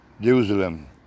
Jerusalem